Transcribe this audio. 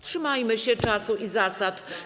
Trzymajmy się czasu i zasad.